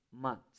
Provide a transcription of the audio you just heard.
months